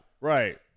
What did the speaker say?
Right